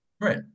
Right